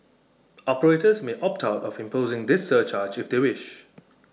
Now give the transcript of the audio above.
operators may opt out of imposing this surcharge if they wish